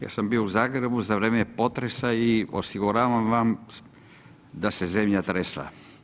Ja sam bio u Zagrebu za vrijeme potresa i osiguravam vam da se zemlja tresla.